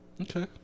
Okay